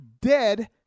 dead